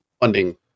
funding